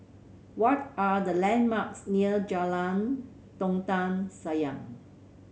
what are the landmarks near Jalan Dondang Sayang